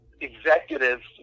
executives